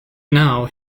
now